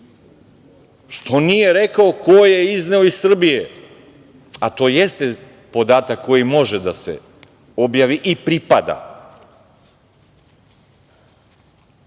Što nije rekao ko je izneo iz Srbije, a to jeste podatak koji može da se objavi i pripada